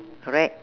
correct